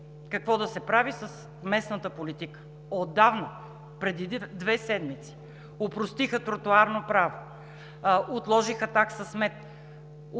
какво да се прави с местната политика. Отдавна, преди две седмици, опростиха тротоарно право, отложиха такса смет,